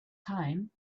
time